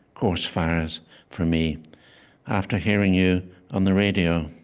gorse fires for me after hearing you on the radio.